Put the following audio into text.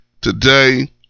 today